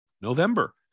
November